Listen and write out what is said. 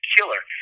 Killer